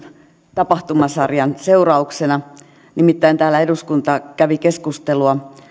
tapahtumasarjan seurauksena täällä nimittäin eduskunta kävi keskustelua